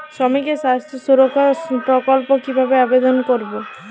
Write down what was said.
শ্রমিকের স্বাস্থ্য সুরক্ষা প্রকল্প কিভাবে আবেদন করবো?